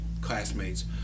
Classmates